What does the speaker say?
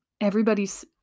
Everybody's